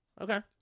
Okay